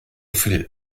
viel